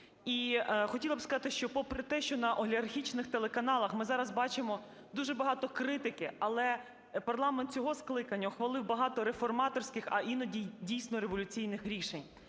І хотіла б сказати, що попри те, що на олігархічних телеканалах ми зараз бачимо дуже багато критики, але парламент цього скликання ухвалив багато реформаторських, а іноді і дійсно революційних, рішень.